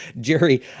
Jerry